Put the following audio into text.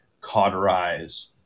cauterize